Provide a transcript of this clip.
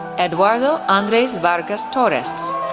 eduardo andres vargas torres,